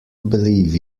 believe